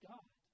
God